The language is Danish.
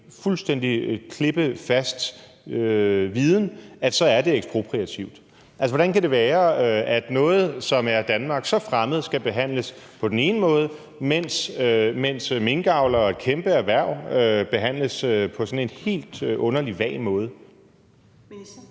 fuldstændig klippefast viden, at det er ekspropriativt. Altså, hvordan kan det være, at noget, som er Danmark så fremmed, skal behandles på den ene måde, mens minkavlere og et kæmpe erhverv behandles på sådan en helt underlig, vag måde?